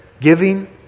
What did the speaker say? giving